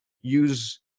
use